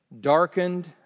darkened